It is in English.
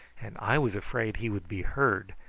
and i was afraid he would be heard,